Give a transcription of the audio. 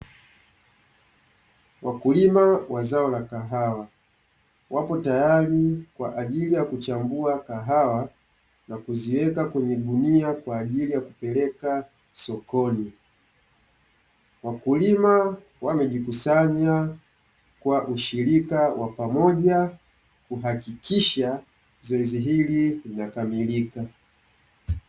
Wakulima wa zao la kahawa wapo tayari kwa ajili ya kuchambua kahawa na kuziweka kwenye gunia kwa ajili ya kupeleka sokoni, wakulima wamejikusanya kwa ushirika wa pamoja kuhakikisha zoezi hili linakamilika.